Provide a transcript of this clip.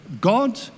God